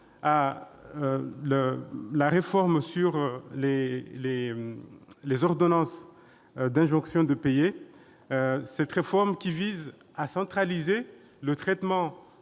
à la réforme des ordonnances d'injonction de payer, qui vise à centraliser le traitement